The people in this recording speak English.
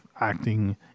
acting